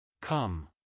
Come